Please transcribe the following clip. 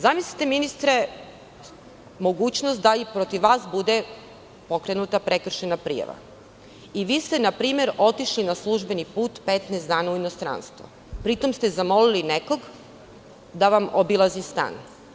Zamislite, ministre, mogućnost da i protiv vas bude pokrenuta prekršajna prijava i vi ste, na primer, otišli na službeni put 15 dana u inostranstvo, pri tom ste zamolili nekog da vam obilazi stan.